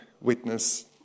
witness